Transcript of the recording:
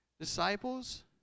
disciples